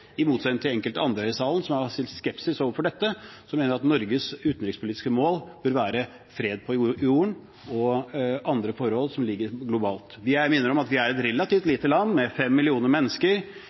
i motsetning til enkelte andre her i salen som har en skepsis overfor dette, og som mener at Norges utenrikspolitiske mål bør være fred på jorden og andre forhold som er globale. Jeg vil minne om at vi er et relativt lite land med 5 millioner mennesker